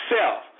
self